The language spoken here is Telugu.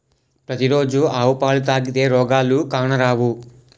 పతి రోజు ఆవు పాలు తాగితే రోగాలు కానరావు